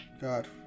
God